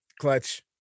Clutch